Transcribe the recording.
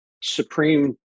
Supreme